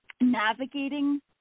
navigating